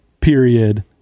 period